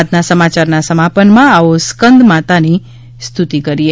આજના સમાચારના સમાપનમાં આવો સ્કંદમાતાની સ્તૃતિ કરીએ